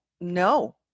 no